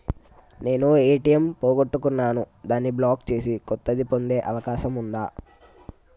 నేను ఏ.టి.ఎం పోగొట్టుకున్నాను దాన్ని బ్లాక్ చేసి కొత్తది పొందే అవకాశం ఉందా?